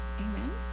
Amen